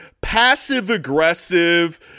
passive-aggressive